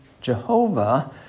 Jehovah